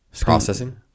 processing